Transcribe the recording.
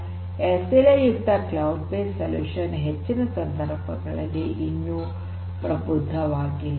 ಆದ್ದರಿಂದ ಎಸ್ಎಲ್ಎ ಯುಕ್ತ cloud based solution ಹೆಚ್ಚಿನ ಸಂದರ್ಭಗಳಲ್ಲಿ ಇನ್ನೂ ಪ್ರಬುದ್ಧವಾಗಿಲ್ಲ